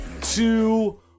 two